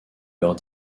leurs